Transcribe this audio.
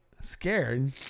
Scared